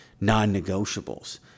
non-negotiables